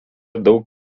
daug